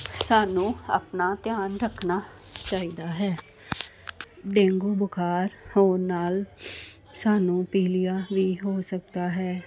ਸਾਨੂੰ ਆਪਣਾ ਧਿਆਨ ਰੱਖਣਾ ਚਾਹੀਦਾ ਹੈ ਡੇਂਗੂ ਬੁਖਾਰ ਹੋਣ ਨਾਲ ਸਾਨੂੰ ਪੀਲੀਆ ਵੀ ਹੋ ਸਕਦਾ ਹੈ